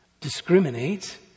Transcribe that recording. discriminate